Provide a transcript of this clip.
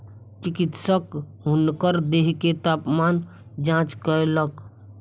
चिकित्सक हुनकर देह के तापमान जांच कयलक